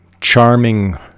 charming